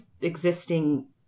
existing